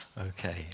Okay